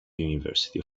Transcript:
university